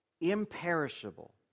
imperishable